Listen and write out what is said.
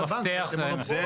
המפתח זה --- אתם הבנק,